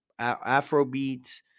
Afrobeats